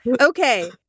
Okay